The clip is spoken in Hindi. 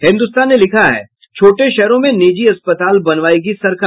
हिन्दुस्तान ने लिखा है छोटे शहरों में निजी अस्पताल बनावायेगी सरकार